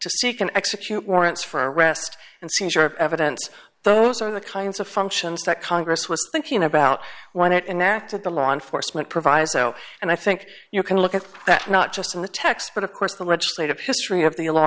see can execute warrants for arrest and seizure of evidence those are the kinds of functions that congress was thinking about when it enacted the law enforcement proviso and i think you can look at that not just in the text but of course the legislative history of the law